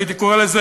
הייתי קורא לזה,